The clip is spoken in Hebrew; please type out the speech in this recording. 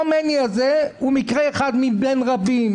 אותו מני הוא מקרה אחד מבין רבים.